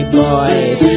boys